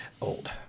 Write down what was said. old